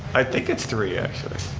i think it's three actually.